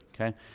okay